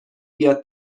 بیاد